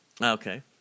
Okay